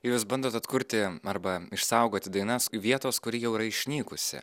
jūs bandot atkurti arba išsaugoti dainas vietos kuri jau yra išnykusi